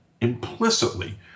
implicitly